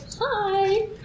hi